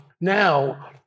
now